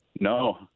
No